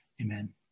Amen